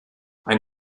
ein